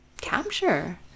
capture